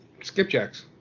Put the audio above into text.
Skipjacks